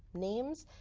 names,